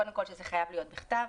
קודם כול שזה חייב להיות בכתב,